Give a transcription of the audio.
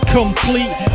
complete